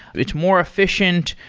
it's more efficient.